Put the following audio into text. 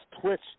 twitch